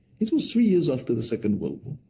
it was three years after the second world war,